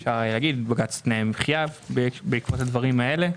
אפשר היה לומר בג"ץ תנאי מחיה בעקבות הדברים האלה.